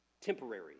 temporary